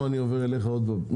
אני עובר אליך שוב.